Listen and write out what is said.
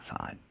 side